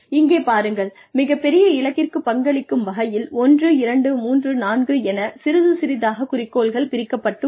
இங்கே பாருங்கள் மிகப்பெரிய இலக்கிற்குப் பங்களிக்கும் வகையில் 1234 எனச் சிறிது சிறிதாக குறிக்கோள் பிரிக்கப்பட்டுள்ளன